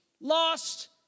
lost